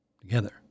Together